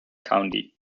county